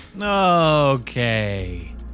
Okay